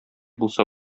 булса